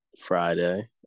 Friday